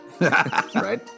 Right